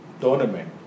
tournament